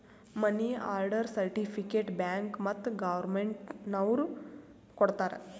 ಮನಿ order certificate bank ಮತ್ತ್ government ನವ್ರು ಕೊಡ್ತಾರ